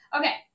Okay